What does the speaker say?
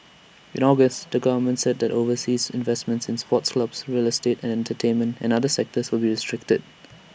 in August the government said overseas investments in sports clubs real estate entertainment and other sectors would be restricted